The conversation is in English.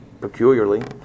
peculiarly